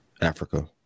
Africa